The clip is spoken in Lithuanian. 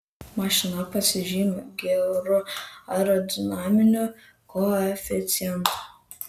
mašina pasižymi geru aerodinaminiu koeficientu